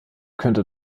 könnte